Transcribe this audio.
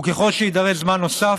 וככל שיידרש זמן נוסף,